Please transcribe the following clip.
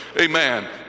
Amen